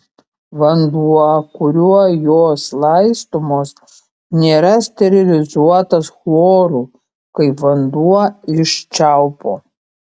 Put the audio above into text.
vanduo kuriuo jos laistomos nėra sterilizuotas chloru kaip vanduo iš čiaupo